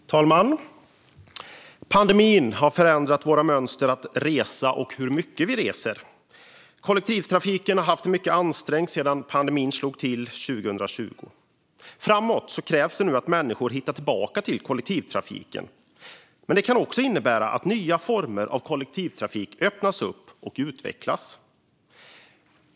Fru talman! Pandemin har förändrat våra resmönster och hur mycket vi reser. Kollektivtrafiken har haft det mycket ansträngt sedan pandemin slog till 2020. Framåt krävs nu att människor hittar tillbaka till kollektivtrafiken. Det kan också innebära att nya former av kollektivtrafik öppnas upp och utvecklas.